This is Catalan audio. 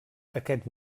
aquest